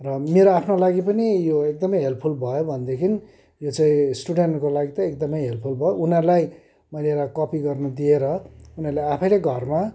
र मेरो आफ्नो लागि पनि यो एकदमै हेल्पफुल भयो भनेदेखि यो चाहिँ स्टुडेन्टहरूको लागि त एकदमै हेल्पफुल भयो उनीहरूलाई मैले यसलाई कपी गर्नु दिएर उनीहरूले आफैले घरमा